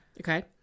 Okay